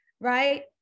right